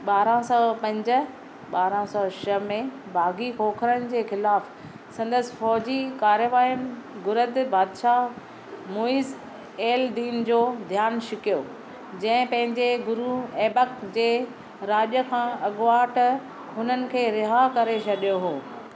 ॿारहं सौ पंज ॿारहं सौ छ्ह में बाग़ी खोखरनि जे ख़िलाफ़ु संदसि फ़ौजी कार्यवायुनि घुरिद बादिशाहु मुइज़ एलदीन जो ध्यानु छिकियो जंहिं पंहिंजे गुरु ऐबक जे राज खां अॻुवाट हुननि खे रिहा करे छॾियो हुओ